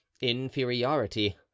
inferiority